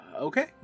okay